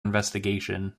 investigation